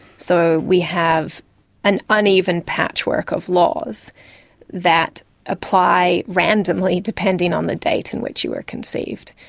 so we have an uneven patchwork of laws that apply randomly depending on the date in which you were conceived,